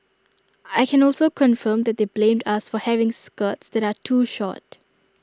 I can also confirm that they blamed us for having skirts that are too short